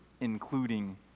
including